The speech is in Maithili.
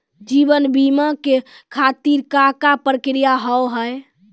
जीवन बीमा के खातिर का का प्रक्रिया हाव हाय?